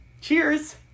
Cheers